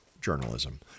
journalism